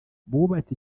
bubatse